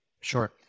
Sure